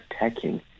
attacking